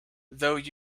though